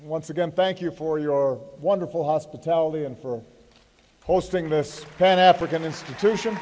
once again thank you for your wonderful hospitality and for hosting this pan african institution